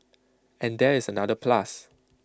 and there is another plus